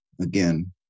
again